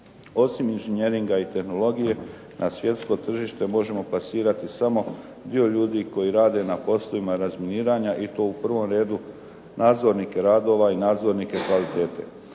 Osim inženjeringa i tehnologije na svjetsko tržište možemo plasirati samo dio ljudi koji rade na poslovima razminiranja i to u prvom redu nadzornike radova i nadzornike kvalitete,